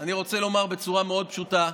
אני רוצה לומר בצורה מאוד פשוטה: